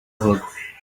avuga